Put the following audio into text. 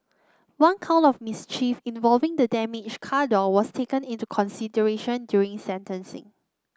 one count of mischief involving the damaged car door was taken into consideration during sentencing